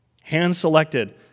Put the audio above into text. hand-selected